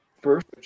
first